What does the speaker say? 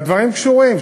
והדברים קשורים.